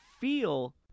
feel